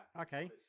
Okay